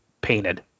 painted